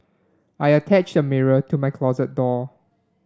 I attached a mirror to my closet door